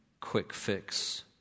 quick-fix